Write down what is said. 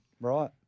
Right